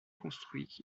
construits